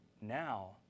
now